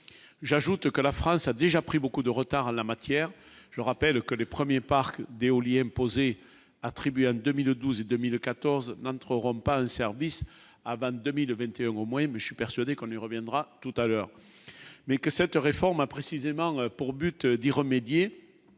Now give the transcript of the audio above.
j'ajoute que la France a déjà pris beaucoup de retard à la matière, je rappelle que les premiers parcs d'éoliennes posées attribué en 2012 et 2014 n'entreront pas un service avant 2020 et au Moyen, mais je suis persuadé qu'on y reviendra tout à l'heure, mais que cette réforme a précisément pour but d'y remédier